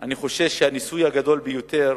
אני חושש שהניסוי הגדול ביותר